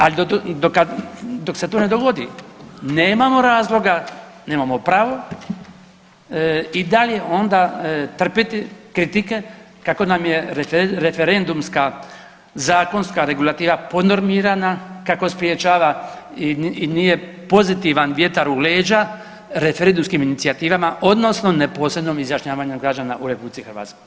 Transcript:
Ali do kad, dok se to ne dogodi nemamo razloga, nemamo pravo i dalje onda trpjeti kritike kako nam je referendumska zakonska regulativa podnormirana, kako sprječava i nije pozitivan vjetar u leđa referendumskim inicijativama odnosno neposrednom izjašnjavanju građana u RH.